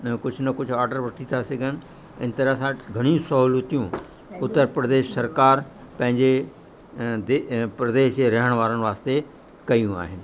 उन जो कुझ न कुझ वठी था सघनि इन तरह सां घणी सहूलतियूं उत्तर प्रदेश सरकार पंहिंजे ऐं प्रदेश जे रहण वारनि वास्ते कयूं आहिनि